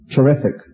Terrific